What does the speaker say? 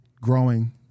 growing